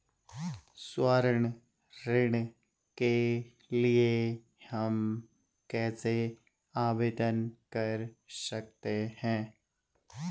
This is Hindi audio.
स्वर्ण ऋण के लिए हम कैसे आवेदन कर सकते हैं?